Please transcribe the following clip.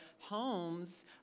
homes